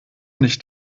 nicht